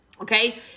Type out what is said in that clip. Okay